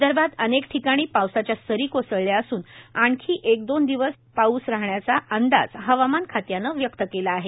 विदर्भात अनेक ठिकाणी पावसाच्या सरी कोसळल्या असून आणखी एक दोन दिवस राहण्याचा अंदाज हवामान खात्यानं व्यक्त केला आहे